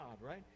right